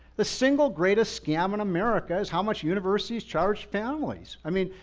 the single greatest scam in america, is how much universities charge families. i mean,